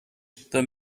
the